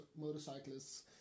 Motorcyclists